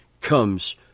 comes